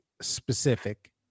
specific